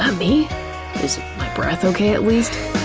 um me? is my breath okay, at least?